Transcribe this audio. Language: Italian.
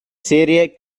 serie